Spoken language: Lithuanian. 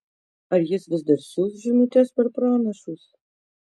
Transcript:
ar jis vis dar siųs žinutes per pranašus